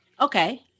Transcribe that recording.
Okay